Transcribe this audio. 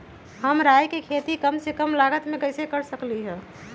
हम राई के खेती कम से कम लागत में कैसे कर सकली ह?